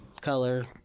color